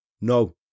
No